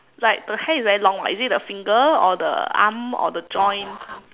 like the hair is very long [what] is it at the finger or the arm or the joint